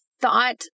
thought